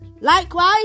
Likewise